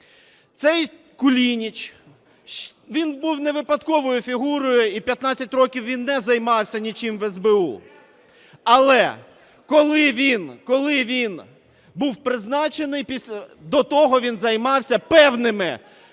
Цей Кулініч, він був не випадковою фігурою і 15 років він не займався нічим в СБУ. Але коли він був призначений, до того він займався певними справами